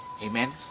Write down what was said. Amen